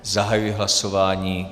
Zahajuji hlasování.